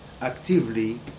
actively